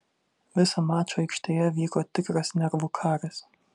visą mačą aikštėje vyko tikras nervų karas